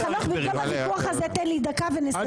חנוך, במקום הוויכוח הזה תן לי דקה ונסיים.